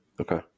Okay